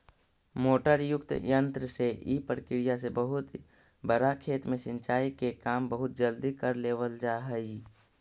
motor युक्त यन्त्र से इ प्रक्रिया से बहुत बड़ा खेत में सिंचाई के काम बहुत जल्दी कर लेवल जा हइ